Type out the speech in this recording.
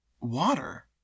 water